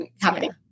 happening